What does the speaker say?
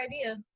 idea